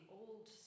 old